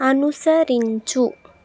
అనుసరించు